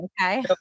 Okay